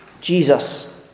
Jesus